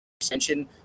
extension